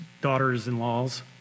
daughters-in-laws